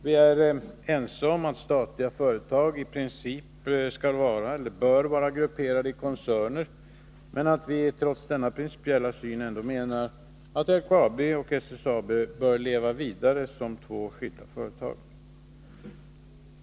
Vi är ense om att statliga företag i princip skall eller bör vara grupperade i koncerner, men trots denna principiella syn menar vi ändå att LKAB och SSAB bör leva vidare som två skilda företag.